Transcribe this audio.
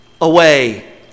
away